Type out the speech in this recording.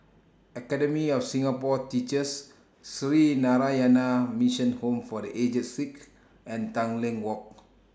Academy of Singapore Teachers Sree Narayana Mission Home For The Aged Sick and Tanglin Walk